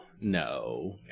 no